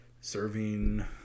serving